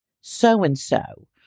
so-and-so